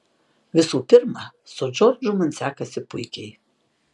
visų pirma su džordžu man sekasi puikiai